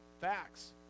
facts